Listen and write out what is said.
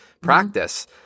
practice